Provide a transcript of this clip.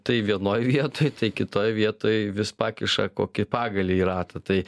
tai vienoj vietoj tai kitoj vietoj vis pakiša kokį pagalį į ratą tai